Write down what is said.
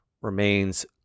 remains